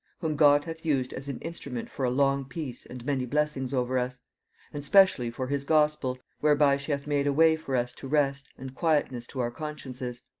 whom god hath used as an instrument for a long peace and many blessings over us and specially for his gospel, whereby she hath made a way for us to rest and quietness to our consciences.